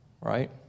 right